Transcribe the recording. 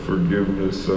Forgiveness